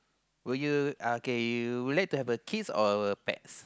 will you uh kay you will like to have a kids or a pets